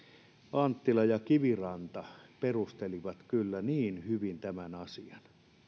anttila ja kiviranta perustelivat kyllä niin hyvin tämän asian